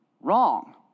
wrong